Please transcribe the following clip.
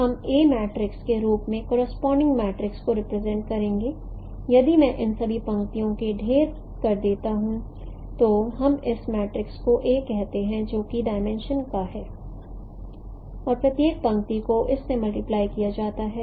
तो हम A matrix के रूप में करोसपोंडिंग मैट्रिक्स को रिप्रेजेंट करेंगे यदि मैं इन सभी पंक्तियों को ढेर कर देता हूं तो हम इस मैट्रिक्स को A कहते हैं जो कि डाईमेंशन का है और प्रत्येक पंक्ति को इस से मल्टीप्लाई किया जाता है